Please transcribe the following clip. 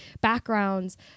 backgrounds